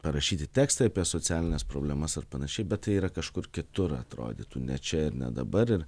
parašyti tekstai apie socialines problemas ar panašiai bet tai yra kažkur kitur atrodytų ne čia ir ne dabar ir